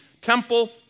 temple